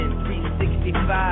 365